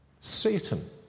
Satan